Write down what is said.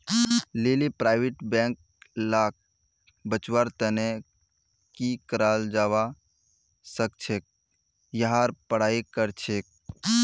लीली private bank लाक बचव्वार तने की कराल जाबा सखछेक यहार पढ़ाई करछेक